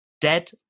dead